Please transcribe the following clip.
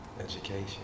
education